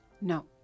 No